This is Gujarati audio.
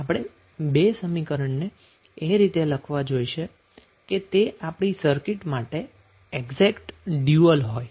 તો આપણે બે સમીકરણને એ રીતે લખવા જોઈશે કે તે આપણી સર્કિટ માટે એક્ઝેટ ડયુઅલ હોય